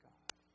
God